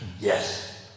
yes